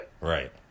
Right